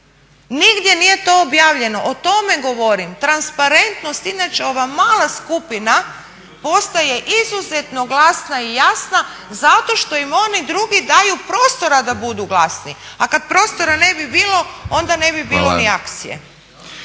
nigdje nije to objavljeno. O tome govorim. Transparentnost inače ova mala skupina postaje izuzetno glasna i jasna zato što im oni drugi daju prostora da budu glasni. A kad prostora ne bi bilo onda ne bi bilo ni akcije.